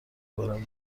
برم